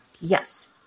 Yes